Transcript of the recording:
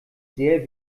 sehr